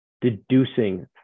deducing